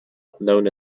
known